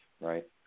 right